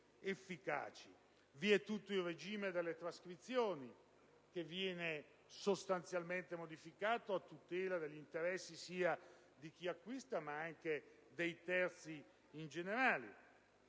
L'intero regime delle trascrizioni viene sostanzialmente modificato a tutela degli interessi sia di chi acquista, che dei terzi in generale.